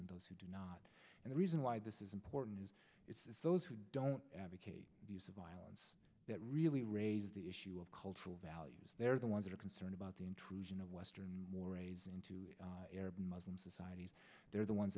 and those who do not and the reason why this is important is those who don't advocate violence that really raise the issue of cultural values they're the ones who are concerned about the intrusion of western mores into arab muslim societies they're the ones